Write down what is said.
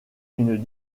une